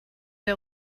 der